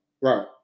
right